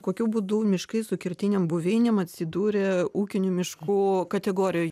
kokiu būdu miškai su kertinėm buveinėm atsidūrė ūkinių miškų kategorijoj